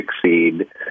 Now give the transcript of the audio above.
succeed